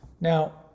Now